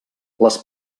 les